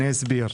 אני אסביר.